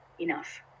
enough